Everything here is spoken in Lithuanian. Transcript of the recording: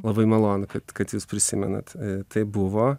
labai malonu kad kad jūs prisimenate tai buvo